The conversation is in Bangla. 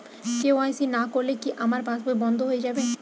কে.ওয়াই.সি না করলে কি আমার পাশ বই বন্ধ হয়ে যাবে?